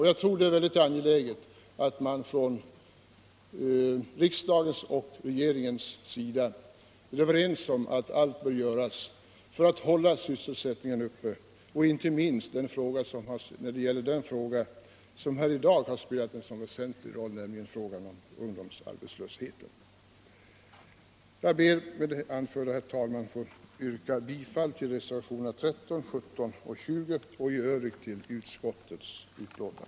Jag tror det är angeläget att riksdagen och regeringen är överens om att allt bör göras för att hålla sysselsättningen uppe. inte minst gäller detta den grupp som spelat en så väsentlig roll i debatten här i dag, nämligen ungdomen.